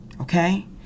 okay